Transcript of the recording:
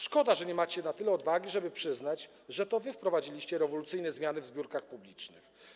Szkoda, że nie macie na tyle odwagi, żeby przyznać, że to wy wprowadziliście rewolucyjne zmiany w zbiórkach publicznych.